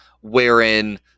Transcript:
wherein